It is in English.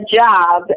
job